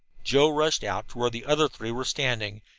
joe rushed out to where the other three were standing,